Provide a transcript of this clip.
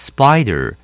Spider